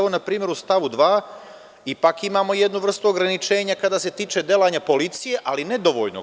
Na primer, u stavu 2. ipak imamo jednu vrstu ograničenja kada se tiče delanja policije, ali nedovoljno.